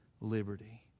liberty